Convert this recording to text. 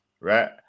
right